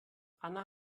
anna